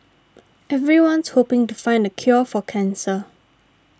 everyone's hoping to find the cure for cancer